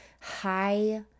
high